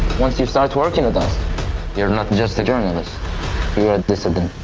once you starts working with us, you're not just a journalist, you're a dissident.